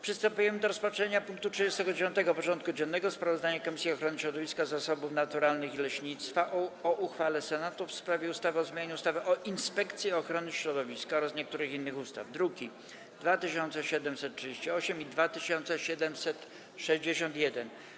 Przystępujemy do rozpatrzenia punktu 39. porządku dziennego: Sprawozdanie Komisji Ochrony Środowiska, Zasobów Naturalnych i Leśnictwa o uchwale Senatu w sprawie ustawy o zmianie ustawy o Inspekcji Ochrony Środowiska oraz niektórych innych ustaw (druki nr 2738 i 2761)